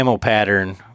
pattern